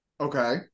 Okay